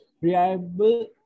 reliable